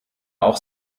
auch